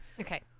okay